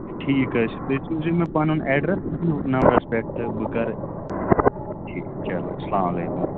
ہَے ٹھیٖک حظ چھُ تُہۍ سوٗزِیو مےٚ پَنُن اٮ۪ڈرَس جِیَو نمبَرَس پٮ۪ٹھ تہٕ بہٕ کَرٕ ٹھیٖک چلو اسلامُ علیکُم